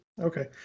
okay